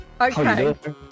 Okay